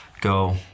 go